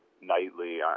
nightly